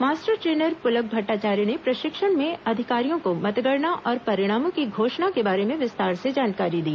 master trainer Pulak Bhattacharya ने प्रशिक्षण में अधिकारियों को मतगणना और परिणामों के घोषणा के बारे में विस्तार से जानकारी दी